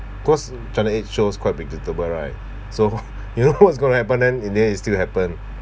cause channel eight shows quite predictable right so you know what's going to happen then in the end it still happen